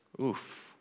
Oof